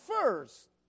first